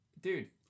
Dude